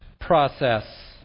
process